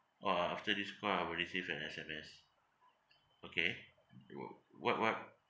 orh after this call I will receive an S_M_S okay oo what what